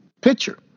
picture